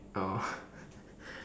oh